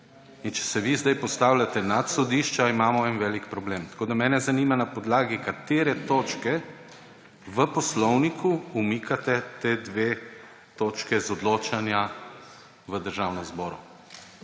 Če se vi zdaj postavljate nad sodišča, imamo en velik problem. Tako da mene zanima, na podlagi katere točke v poslovniku umikate ti dve točki iz odločanja v Državnem zboru.